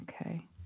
Okay